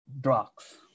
drugs